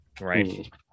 right